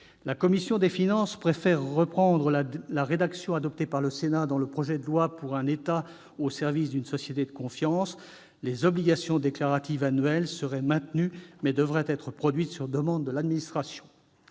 La commission des finances préfère reprendre la rédaction adoptée par le Sénat pour le projet de loi pour un État au service d'une société de confiance : les obligations déclaratives annuelles seraient maintenues, mais les déclarations devraient être produites sur demande de l'administration.